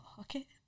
okay